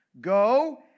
Go